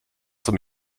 zum